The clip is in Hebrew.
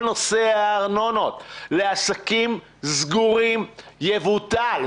נושא הארנונות לעסקים סגורים יבוטל.